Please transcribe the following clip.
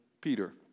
Peter